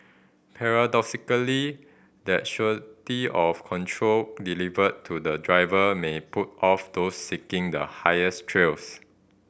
paradoxically that surety of control delivered to the driver may put off those seeking the highest thrills